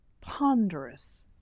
ponderous